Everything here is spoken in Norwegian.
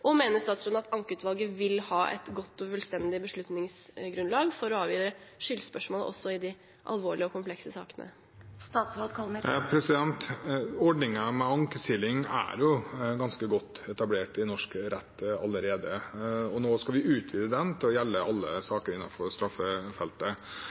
Og mener statsråden at ankeutvalget vil ha et godt og fullstendig beslutningsgrunnlag for å avgjøre skyldspørsmål også i de alvorlige og komplekse sakene? Ordningen med ankesiling er ganske godt etablert i norsk rett allerede, og nå skal vi utvide den til å gjelde alle